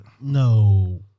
No